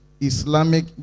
Islamic